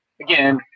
again